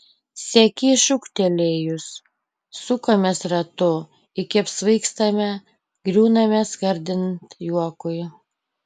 sekei šūktelėjus sukamės ratu iki apsvaigstame griūname skardint juokui